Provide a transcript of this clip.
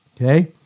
okay